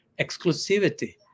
exclusivity